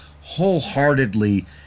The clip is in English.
wholeheartedly